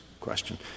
question